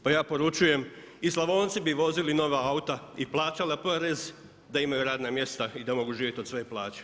Pa ja poručujem, i Slavonci bi vozili nove aute i plaćali porez da imaju radna mjesta i da mogu živjeti od svoje plaće.